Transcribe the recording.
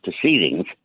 proceedings